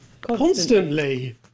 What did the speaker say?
Constantly